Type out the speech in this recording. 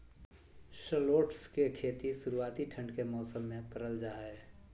shallots के खेती शुरुआती ठंड के मौसम मे करल जा हय